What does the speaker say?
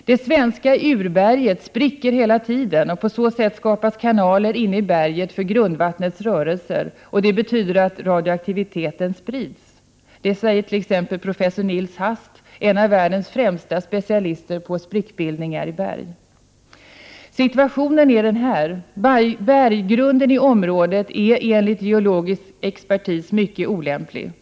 ”Det svenska urberget spricker hela tiden, på så sätt skapas kanaler inne i berget för grundvattnets rörelser, vilket betyder att radioaktiviteten sprids.” Det säger t.ex. professor Nils Hast, en av världens främsta specialister på sprickbildningar i berg. Situationen är denna: — Berggrunden i området är enligt geologisk expertis mycket olämplig.